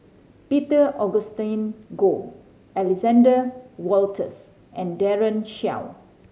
Peter Augustine Goh Alexander Wolters and Daren Shiau